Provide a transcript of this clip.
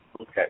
Okay